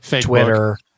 Twitter